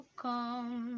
come